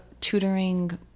tutoring